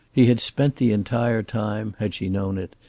he had spent the entire time, had she known it,